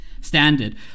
standard